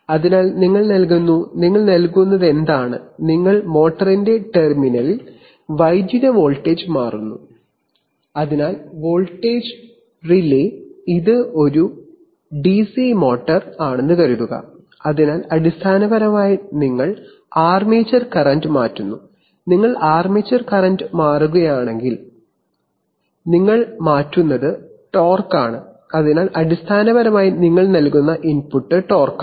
അതിനാൽ നിങ്ങൾ മോട്ടറിന്റെ ടെർമിനലിൽ വൈദ്യുത വോൾട്ടേജ് മാറ്റുന്നു അതിനാൽ വോൾട്ടേജ് റിലേ ഇത് ഒരു ഡിസി മോട്ടോർ ആണെന്ന് കരുതുക അതിനാൽ അടിസ്ഥാനപരമായി നിങ്ങൾ അർമേച്ചർ കറന്റ് മാറ്റുന്നു നിങ്ങൾ അർമേച്ചർ കറന്റ് മാറ്റുകയാണെങ്കിൽ നിങ്ങൾ മാറ്റുന്നത് ടോർക്ക് torque ആണ് അതിനാൽ അടിസ്ഥാനപരമായി നിങ്ങൾ നൽകുന്ന ഇൻപുട്ട് ടോർക്ക് ആണ്